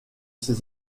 ses